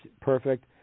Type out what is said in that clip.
perfect